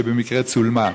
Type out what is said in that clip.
שבמקרה צולמה.